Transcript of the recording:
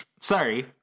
Sorry